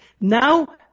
now